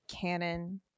canon